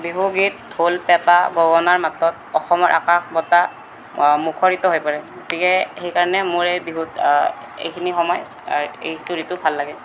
বিহুগীত ঢোল পেপা গগণাৰ মাতত অসমৰ আকাশ বতাহ মুখৰিত হৈ পৰে গতিকে সেইকাৰণে মোৰ এই বিহু এইখিনি সময় এইটো ঋতু ভাল লাগে